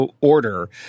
order